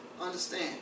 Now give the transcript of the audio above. understand